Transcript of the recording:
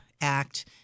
act